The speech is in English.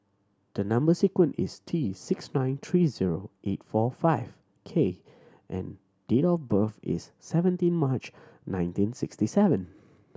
the number sequence is T six nine three zero eight four five K and date of birth is seventeen March nineteen sixty seven